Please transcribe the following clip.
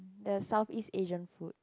the SouthEast-Asian food